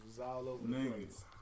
Niggas